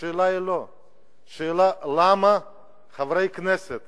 השאלה, למה חברי כנסת